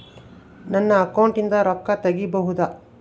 ನನ್ನ ಅಕೌಂಟಿಂದ ರೊಕ್ಕ ತಗಿಬಹುದಾ?